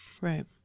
Right